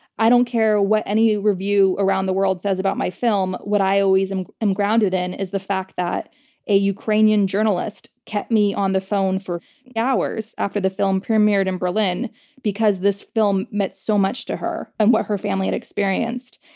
i don't care what any review around the world says about my film. what i always am am grounded in is the fact that a ukrainian journalist kept me on the phone for hours after the film premiered in berlin because this film meant so much to her and what her family had experienced.